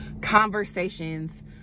conversations